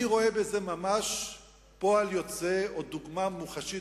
אני רואה בזה ממש פועל יוצא או דוגמה מוחשית